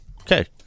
Okay